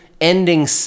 ending